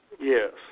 Yes